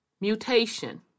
mutation